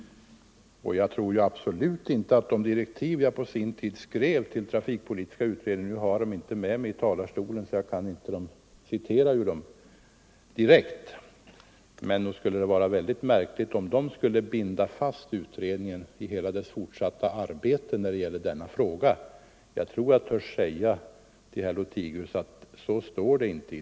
Jag tror absolut inte att de direktiv jag på sin tid skrev till trafikpolitiska utredningen skulle binda fast utredningen i hela dess fortsatta arbete. Jag har inte direktiven med mig i talarstolen så jag kan inte citera ur dem, men jag tror jag törs säga till herr Lothigius att så står det inte.